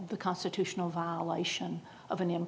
the constitutional violation of an